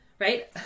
Right